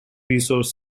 resource